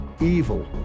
evil